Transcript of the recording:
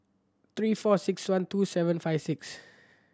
three four six one two seven five six